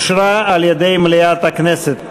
(תיקון), התשע"ג 2013,